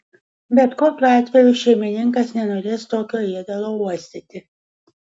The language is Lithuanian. bet kokiu atveju šeimininkas nenorės tokio ėdalo uostyti